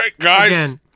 guys